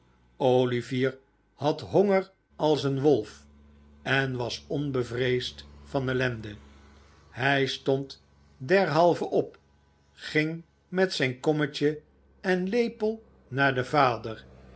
olivier had honger als een wolf en was onbevreesd van ellende hij stond derhalve op ging met zijn kommetje en lepel naar den vader